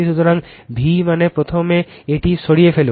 সুতরাং v মানে প্রথমে এটি সরিয়ে ফেলুন